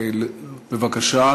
בבקשה.